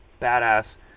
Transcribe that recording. badass